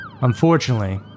Unfortunately